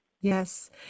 Yes